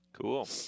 Cool